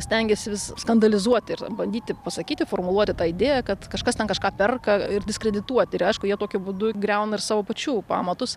stengiasi vis skandalizuoti ir bandyti pasakyti formuluoti tą idėją kad kažkas ten kažką perka ir diskredituoti ir aišku jie tokiu būdu griauna ir savo pačių pamatus